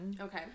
Okay